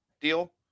deal